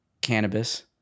cannabis